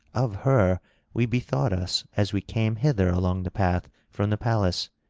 of her we bethought us as we came hither along the path from the palace,